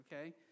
okay